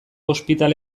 ospitale